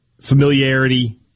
familiarity